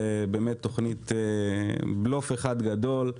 זו תוכנית שהיא בלוף אחד גדול,